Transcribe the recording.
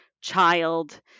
child